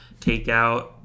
takeout